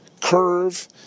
curve